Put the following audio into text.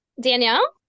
danielle